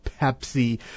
Pepsi